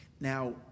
Now